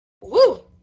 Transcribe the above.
Woo